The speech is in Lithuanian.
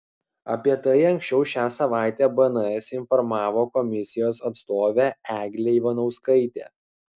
apie tai anksčiau šią savaitę bns informavo komisijos atstovė eglė ivanauskaitė